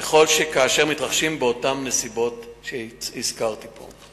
כאשר הן מתרחשות בנסיבות שהזכרתי פה.